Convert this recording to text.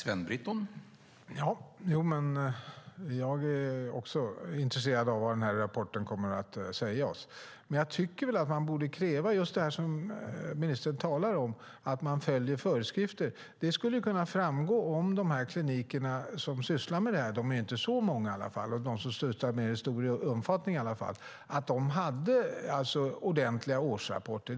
Herr talman! Jag är också intresserad av vad rapporten har att säga oss. Men jag tycker att det borde vara ett krav att man ska följa föreskrifterna. Det skulle framgå om dessa kliniker, som inte är så många, lade fram ordentliga årsrapporter.